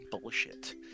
bullshit